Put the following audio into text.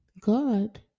God